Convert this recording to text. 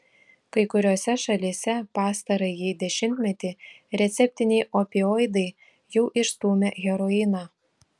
kai kuriose šalyse pastarąjį dešimtmetį receptiniai opioidai jau išstūmė heroiną